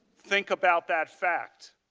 think about that fact.